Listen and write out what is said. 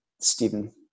Stephen